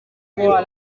birunga